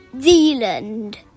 Zealand